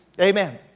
Amen